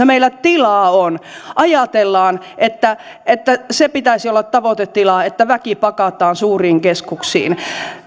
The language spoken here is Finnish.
meillä tilaa on ajatellaan että että sen pitäisi olla tavoitetila että väki pakataan suuriin keskuksiin